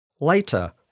Later